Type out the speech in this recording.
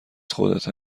خودته